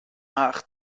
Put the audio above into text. nach